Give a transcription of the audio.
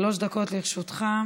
שלוש דקות לרשותך.